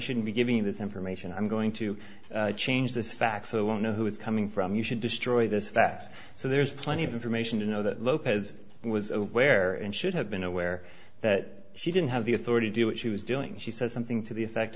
shouldn't be giving this information i'm going to change this fax so we'll know who it's coming from you should destroy this that so there's plenty of information to know that lopez was aware and should have been aware that she didn't have the authority do what she was doing she said something to the effect